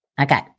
Okay